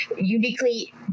uniquely